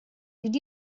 did